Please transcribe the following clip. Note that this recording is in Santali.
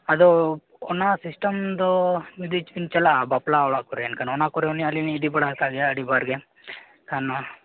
ᱟᱫᱚ ᱚᱱᱟ ᱥᱤᱥᱴᱮᱢ ᱫᱚ ᱡᱚᱫᱤᱞᱤᱧ ᱪᱟᱞᱟᱜᱼᱟ ᱵᱟᱯᱞᱟ ᱚᱲᱟᱜ ᱠᱚᱨᱮ ᱢᱮᱱᱠᱷᱟᱱ ᱚᱱᱟ ᱠᱚᱨᱮᱦᱚᱸ ᱟᱹᱞᱤᱧᱞᱤᱧ ᱤᱫᱤ ᱵᱟᱲᱟᱣᱟᱠᱟᱫ ᱜᱮᱭᱟ ᱟᱹᱰᱤᱵᱟᱨᱜᱮ ᱮᱱᱠᱷᱟᱱ